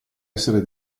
essere